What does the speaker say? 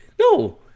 No